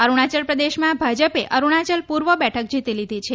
અરૂણાચલ પ્રદેશમાં ભાજપે અરૂણાચલ પૂર્વ બેઠક જીતી લીધી છે